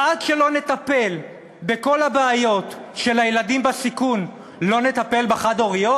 עד שלא נטפל בכל הבעיות של הילדים בסיכון לא נטפל בחד-הוריות?